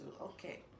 Okay